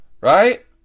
Right